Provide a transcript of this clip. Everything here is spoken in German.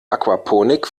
aquaponik